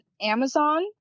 Amazon